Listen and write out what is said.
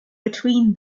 between